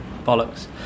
bollocks